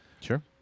Sure